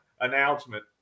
announcement